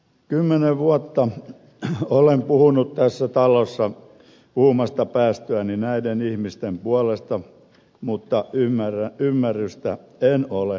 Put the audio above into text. kymmenen vuotta olen puhunut tässä talossa puhumasta päästyäni näiden ihmisten puolesta mutta ymmärtämystä en ole havainnut